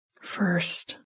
First